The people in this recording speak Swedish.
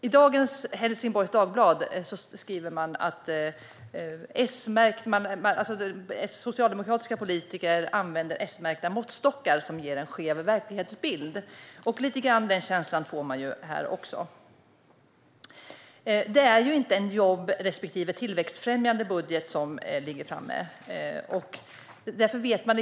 I dagens Helsingborgs Dagblad står det att socialdemokratiska politiker använder S-märkta måttstockar som ger en skev verklighetsbild. Lite grann av den känslan får man också här. Det är inte en jobbfrämjande respektive tillväxtfrämjande budget som är framlagd.